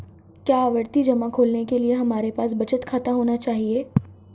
क्या आवर्ती जमा खोलने के लिए हमारे पास बचत खाता होना चाहिए?